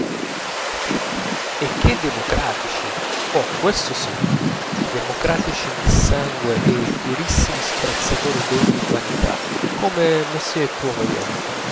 e che democratici oh questo sì democratici nel sangue e fierissimi sprezzatori d'ogni vanità come monsieur poirier il